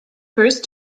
first